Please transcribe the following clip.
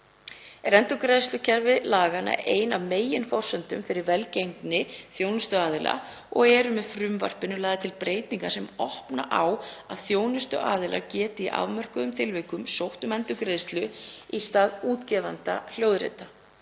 Er endurgreiðslukerfi laganna ein af meginforsendum fyrir velgengni þjónustuaðila og eru með frumvarpinu lagðar til breytingar sem opna á að þjónustuaðilar geti í afmörkuðum tilvikum sótt um endurgreiðslu í stað útgefanda hljóðrita.